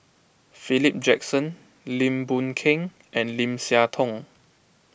Philip Jackson Lim Boon Keng and Lim Siah Tong